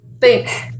Thanks